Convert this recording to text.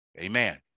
Amen